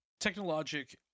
technologic